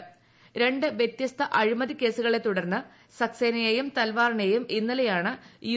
രണ്ട് വൃത്യസ്ത അഴിമതി കേസുകളെ തുടർന്ന് സക്സേനയെയും തൽവാറിനെയും ഇന്നലെയാണ് യു